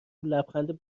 لبخند